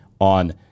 on